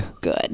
good